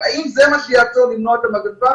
וזאת ללא קשר לתוצאות הדיון היום.